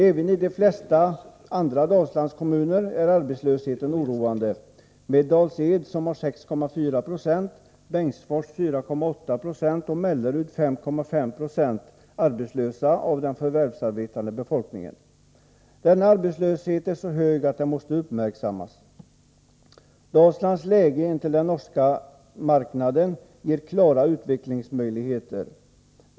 Även i de flesta andra Dalslandskommuner är arbetslösheten oroande med Dals-Ed som har 6,496, Bengtsfors 4,86 och Mellerud 5,5 Ze arbetslösa av den förvärvsarbetande befolkningen. Denna arbetslöshet är så hög att den måste uppmärksammas. Dalslands läge intill den norska marknaden ger klara utvecklingsmöjligheter.